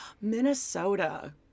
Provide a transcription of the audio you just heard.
Minnesota